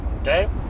Okay